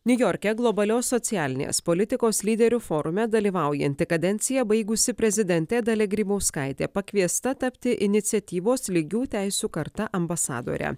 niujorke globalios socialinės politikos lyderių forume dalyvaujanti kadenciją baigusi prezidentė dalia grybauskaitė pakviesta tapti iniciatyvos lygių teisių karta ambasadore